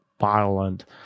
violent